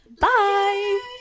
bye